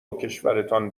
وکشورتان